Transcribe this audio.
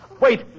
Wait